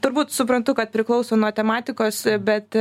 turbūt suprantu kad priklauso nuo tematikos bet